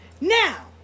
Now